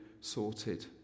sorted